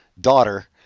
Daughter